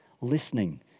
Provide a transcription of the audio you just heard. listening